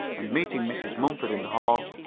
and, meeting mrs. mumford in the hall,